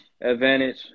advantage